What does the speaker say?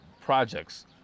projects